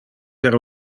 per